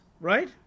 right